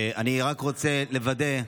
אני רק רוצה לוודא,